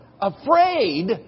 afraid